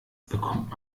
bekommt